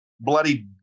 bloody